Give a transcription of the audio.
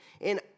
and-